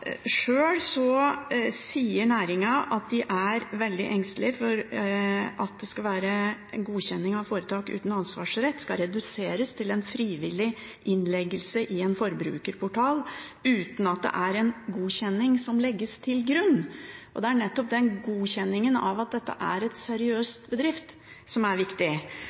Sjøl sier næringen at de er veldig engstelige for at godkjenning av foretak uten ansvarsrett skal reduseres til en frivillig innleggelse i en forbrukerportal, uten at det er en godkjenning som legges til grunn. Det er nettopp godkjenningen av at dette er en seriøs bedrift, som er viktig.